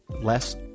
less